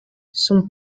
son